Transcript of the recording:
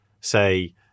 say